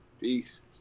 Peace